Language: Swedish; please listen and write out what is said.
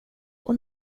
och